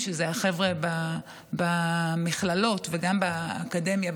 שאלה החבר'ה במכללות וגם באקדמיה,